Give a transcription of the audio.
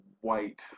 white